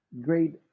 great